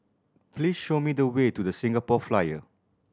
please show me the way to The Singapore Flyer